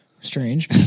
Strange